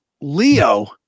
Leo